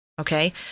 Okay